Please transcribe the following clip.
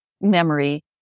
memory